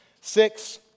Six